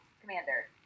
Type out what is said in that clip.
Commander